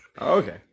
Okay